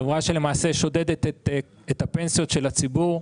חברה שלמעשה שודדת את הפנסיות של הציבור.